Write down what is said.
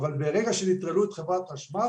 אבל ברגע שנטרלו את חברת החשמל,